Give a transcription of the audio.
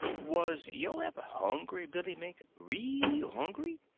was yo' ever hungry, billy mink real hungry?